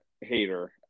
Hater